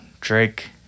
Drake